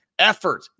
Effort